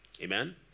Amen